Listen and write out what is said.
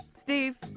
Steve